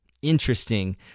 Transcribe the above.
interesting